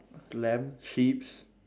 lamb sheeps